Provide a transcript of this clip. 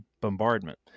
bombardment